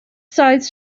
sides